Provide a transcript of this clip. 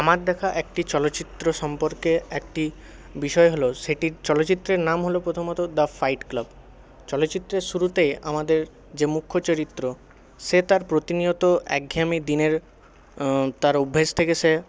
আমার দেখা একটি চলচ্চিত্র সম্পর্কে একটি বিষয় হল সেটি চলচ্চিত্রের নাম হলো প্রথমত দা ফাইট ক্লাব চলচ্চিত্রের শুরুতে আমাদের যে মুখ্য চরিত্র সে তার প্রতিনিয়ত একঘেয়েমি দিনের তার অভ্যাস থেকে সে